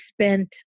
spent